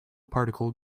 particle